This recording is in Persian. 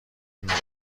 میبریم